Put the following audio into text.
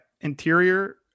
Interior